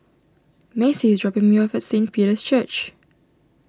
Macie is dropping me off at Saint Peter's Church